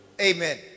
amen